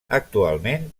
actualment